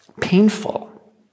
Painful